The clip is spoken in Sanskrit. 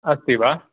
अस्ति वा